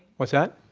what's that?